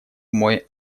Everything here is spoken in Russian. мой